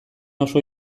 oso